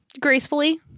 gracefully